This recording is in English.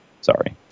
Sorry